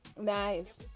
Nice